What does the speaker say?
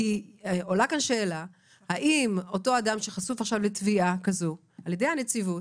עולה כאן שאלה האם אותו אדם שחשוף עכשיו לתביעה כזאת על ידי הנציבות,